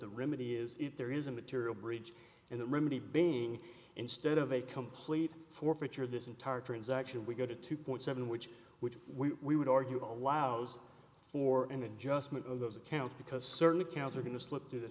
the remedy is if there is a material breach and the remedy being instead of a complete forfeiture of this entire transaction we go to two point seven which which we would argue allows for an adjustment of those accounts because certain accounts are going to slip